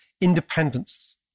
independence